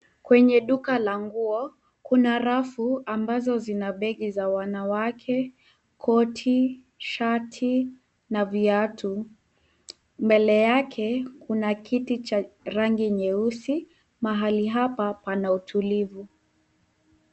Kwenye duka la nguo kuna rafu ambazo zina beg za wanawake, koti, shati, na viatu. Mbele yake kuna kiti cha rangi nyeusi, mahali pana utulivu.